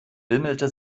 bimmelte